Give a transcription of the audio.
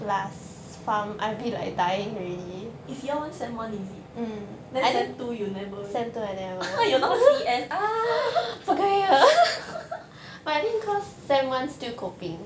is year one sem one is it then sem two you never you no